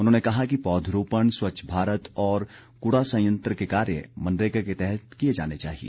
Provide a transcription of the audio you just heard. उन्होंने कहा कि पौधरोपण स्वच्छ भारत और कूड़ा संयंत्र के कार्य मनरेगा के तहत किए जाने चाहिए